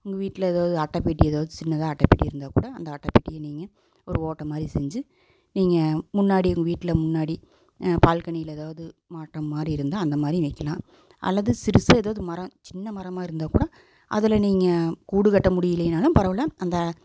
உங்கள் வீட்டில் எதாவது அட்டை பெட்டி எதாச்சும் சின்னதாக அட்டைபெட்டி இருந்தால் கூட அந்த அட்டைப்பெட்டிய நீங்கள் ஒரு ஓட்டை மாதிரி செஞ்சி நீங்கள் முன்னாடி உங்கள் வீட்டில் முன்னாடி பால்கேணியில் எதாவது மாட்டுற மாதிரி இருந்தால் அந்த மாதிரியும் வைக்கலாம் அல்லது சிறுசாக எதாவது மரம் சின்ன மரமாக இருந்தால் கூட அதில் நீங்கள் கூடு கட்ட முடிலைனாலும் பரவாயில்ல அந்த